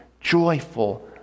joyful